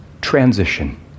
transition